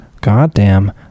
goddamn